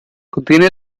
contiene